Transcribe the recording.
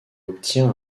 obtient